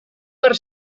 per